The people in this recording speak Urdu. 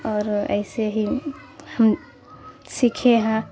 اور ایسے ہی ہم سیکھے ہیں